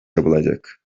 yapılacak